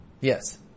Yes